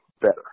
better